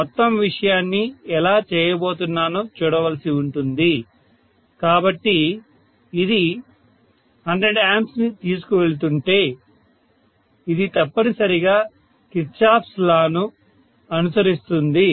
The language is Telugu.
నేను మొత్తం విషయాన్ని ఎలా చేయబోతున్నానో చూడవలసి ఉంటుంది కాబట్టి ఇది 100 A ని తీసుకువెళుతుంటే ఇది తప్పనిసరిగా కిర్చాఫ్ లాKirchoff's Law ను అనుసరిస్తుంది